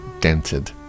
dented